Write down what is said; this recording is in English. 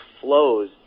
flows